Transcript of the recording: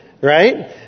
right